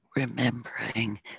remembering